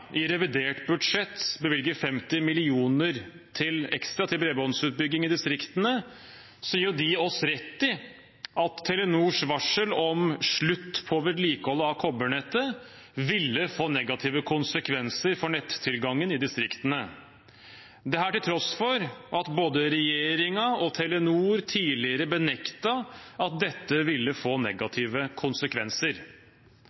i revidert budsjett bevilger 50 mill. kr ekstra til bredbåndsutbygging i distriktene, gir de oss rett i at Telenors varsel om slutt på vedlikehold av kobbernettet ville få negative konsekvenser for nettilgangen i distriktene. Dette til tross for at både regjeringen og Telenor tidligere benektet at dette ville få